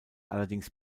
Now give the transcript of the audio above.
allerdings